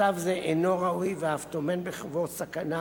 מצב זה אינו ראוי ואף טומן בחובו סכנה